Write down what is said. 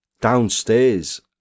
downstairs